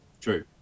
true